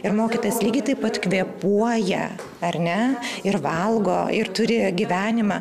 ir mokytojas lygiai taip pat kvėpuoja ar ne ir valgo ir turi gyvenimą